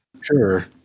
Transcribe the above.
Sure